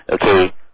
Okay